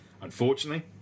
Unfortunately